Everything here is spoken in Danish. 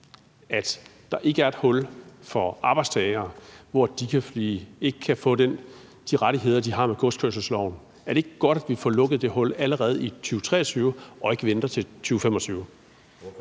at der ikke er et hul i forhold til arbejdstagere, hvor de ikke kan få de rettigheder, de har med godskørselsloven? Er det ikke godt, at vi får lukket det hul allerede i 2023 og ikke venter til 2025?